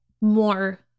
more